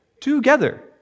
Together